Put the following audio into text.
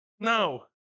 No